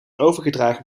overgedragen